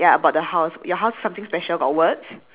the guy that's like ya mine also is a big house ya mine is like